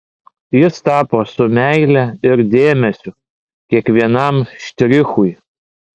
jis tapo su meile ir dėmesiu kiekvienam štrichui